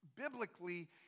biblically